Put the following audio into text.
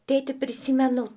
tėtį prisimenu